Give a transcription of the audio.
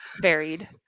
varied